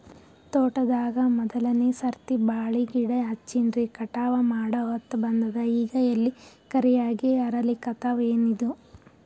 ತೋಟದಾಗ ಮೋದಲನೆ ಸರ್ತಿ ಬಾಳಿ ಗಿಡ ಹಚ್ಚಿನ್ರಿ, ಕಟಾವ ಮಾಡಹೊತ್ತ ಬಂದದ ಈಗ ಎಲಿ ಕರಿಯಾಗಿ ಹರಿಲಿಕತ್ತಾವ, ಏನಿದು?